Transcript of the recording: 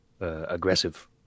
aggressive